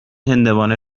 هندوانه